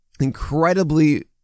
Incredibly